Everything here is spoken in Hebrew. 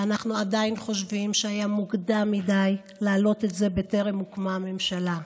ואנחנו עדיין חושבים שהיה מוקדם מדי להעלות את זה בטרם הוקמה הממשלה.